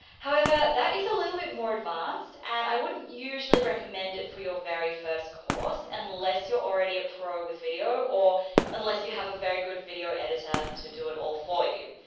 however that is a little bit more advanced and i wouldn't usually recommend it for your very first course unless you're already a pro with video or unless you have a very good video editor to do it all for you.